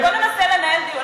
בוא ננסה לנהל דיון,